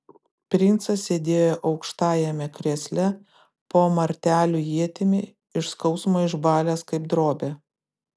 princas sėdėjo aukštajame krėsle po martelių ietimi iš skausmo išbalęs kaip drobė